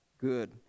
good